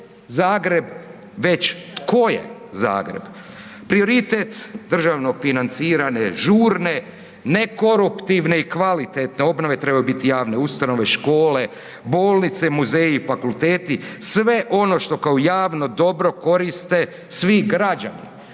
Zagreb“ već „tko je Zagreb“ prioritet državno financirane žurne ne koruptivne i kvalitetne obnove trebaju biti javne ustanove i škole, bolnice, muzeji i fakulteti, sve ono što kao javno dobro koriste svi građani